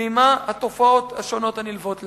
ועמה התופעות השונות הנלוות לה,